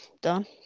done